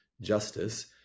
justice